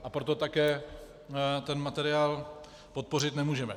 A proto také ten materiál podpořit nemůžeme.